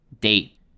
date